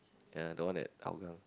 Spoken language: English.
ya the one at Hougang